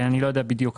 אני לא יודע בדיוק.